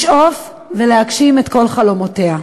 לשאוף ולהגשים את כל חלומותיה.